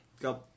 Go